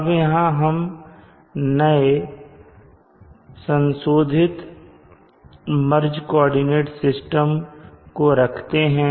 अब यहां हम नए संशोधित मर्ज कोऑर्डिनेट एक्सिस सिस्टम को रखते हैं